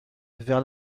vers